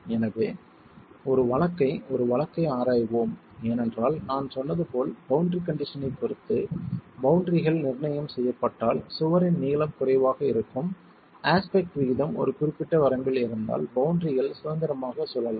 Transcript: எனவே ஒரு வழக்கை ஒரு வழக்கை ஆராய்வோம் ஏனென்றால் நான் சொன்னது போல் பவுண்டரி கண்டிஷன்னைப் பொறுத்து பவுண்டரிகள் நிர்ணயம் செய்யப்பட்டால் சுவரின் நீளம் குறைவாக இருக்கும் அஸ்பெக்ட் விகிதம் ஒரு குறிப்பிட்ட வரம்பில் இருந்தால் பவுண்டரிகள் சுதந்திரமாக சுழலும்